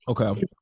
Okay